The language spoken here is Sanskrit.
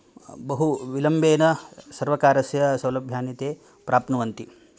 बहु विलम्बेन सर्वकारस्य सौलभ्यनि ते प्राप्नुवन्ति